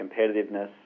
competitiveness